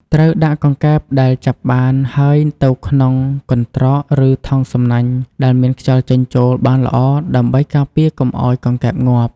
ត្រូវដាក់កង្កែបដែលចាប់បានហើយទៅក្នុង កន្ត្រក ឬ ថង់សំណាញ់ ដែលមានខ្យល់ចេញចូលបានល្អ ដើម្បីការពារកុំឲ្យកង្កែបងាប់។